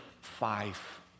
five